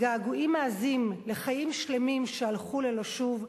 הגעגועים העזים לחיים שלמים שהלכו ללא שוב,